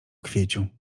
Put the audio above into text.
kwieciu